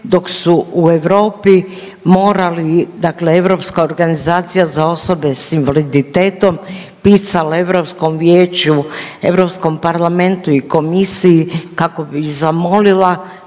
dok su u Europi morali, dakle Europska organizacija za osobe s invaliditetom pisale Europskom vijeću, Europskom parlamentu i komisiji kako bi ih zamolila